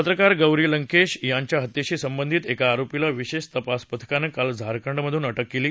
पत्रकार गौरी लंकेश यांच्या हत्येशी संबंधित एका आरोपीला विशेष तपास पथकानं काल झारखंड मधून अटक केली